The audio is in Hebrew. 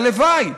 הלוואי.